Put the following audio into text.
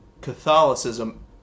Catholicism